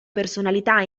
personalità